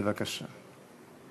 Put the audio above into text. בבקשה.